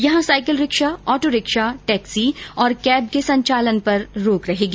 यहां cycle rickshaw autorickshaw taxi और cab के संचालन पर रोक रहेगी